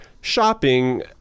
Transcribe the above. shopping